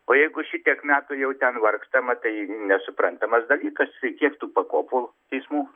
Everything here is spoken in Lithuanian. o jeigu šitiek metų jau ten vargstama tai nesuprantamas dalykas kiek tų pakopų teismų